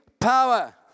power